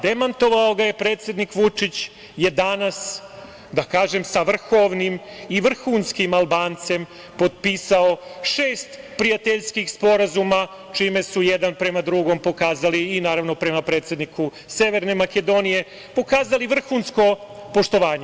Demantovao ga je predsednik Vučić, jer je danas, da kažem, sa vrhovnim i vrhunskim Albancem potpisao šest prijateljskih sporazuma, čime su jedan prema drugom pokazali i, naravno prema predsedniku Severne Makedonije, ukazali vrhunsko poštovanje.